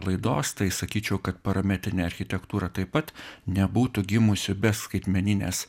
laidos tai sakyčiau kad parametrinė architektūra taip pat nebūtų gimusi be skaitmeninės